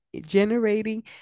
generating